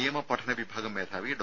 നിയമ പഠന വിഭാഗം മേധാവി ഡോ